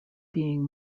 being